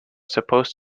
supposed